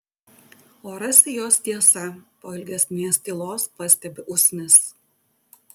o rasi jos tiesa po ilgesnės tylos pastebi usnis